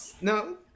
no